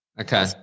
Okay